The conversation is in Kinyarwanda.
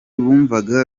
bumvaga